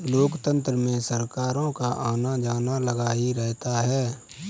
लोकतंत्र में सरकारों का आना जाना लगा ही रहता है